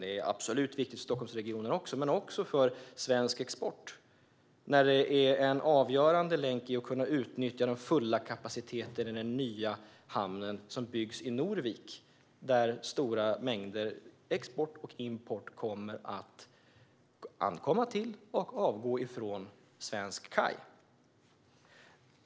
Den är absolut viktig för Stockholmsregionen också, men även för svensk export. Den är en avgörande länk för utnyttjande av den fulla kapaciteten i den nya hamn som byggs i Norvik, där stora mängder export och importgods kommer att ankomma till respektive avgå från svensk kaj.